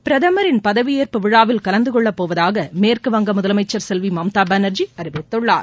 பிரதமரின் பதவியேற்பு விழாவில் கலந்துகொள்ளப் போவதாாக மேற்குவங்க முதலமைச்சர் செல்வி மம்தா பானர்ஜி அறிவித்துள்ளார்